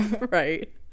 Right